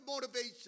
motivation